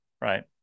right